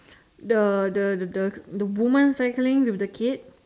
the the the the the woman cycling with the kid